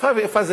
איפה ואיפה,